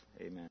Amen